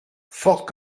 forte